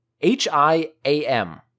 H-I-A-M